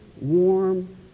warm